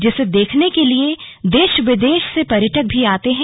जिसे देखने के लिए देश विदेश से पर्यटक भी आते हैं